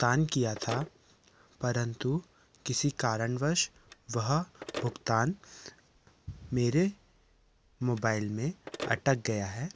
भुगतान किया था परन्तु किसी कारणवश वह भुगतान मेरे मोबाईल में अटक गया है